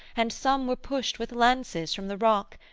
and some were pushed with lances from the rock,